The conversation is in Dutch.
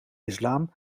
islam